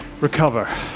recover